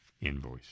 invoice